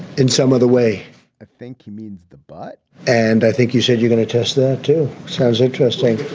in some other way i think he means the but and i think you said you're going to test the two shows. interesting.